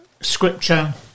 scripture